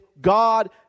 god